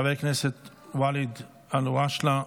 חבר הכנסת ואליד אלהואשלה,